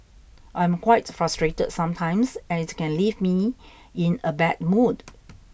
I'm quite frustrated sometimes and it can leave me in a bad mood